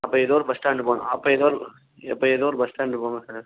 அப்போ ஏதோ ஒரு பஸ் ஸ்டாண்டு போகணும் அப்போ ஏதோ ஒரு அப்போ ஏதோ ஒரு பஸ் ஸ்டாண்டு போங்க சார்